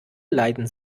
leiden